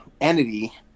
entity